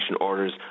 orders